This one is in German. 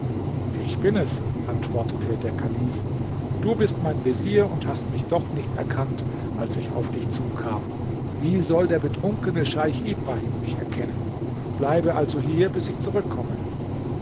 ich bin es antwortete der kalif und du bist mein vezier und hast mich doch nicht erkannt als ich auf dich zukam wie soll der betrunkene scheich ibrahim mich erkennen bleibe also hier bis ich zurückkomme